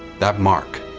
that mark,